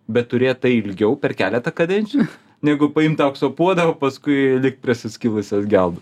bet turėt tai ilgiau per keletą kadencijų negu paimt aukso puodą o paskui likt prie suskilusios geldos